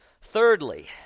Thirdly